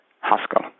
Haskell